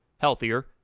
Healthier